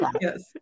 Yes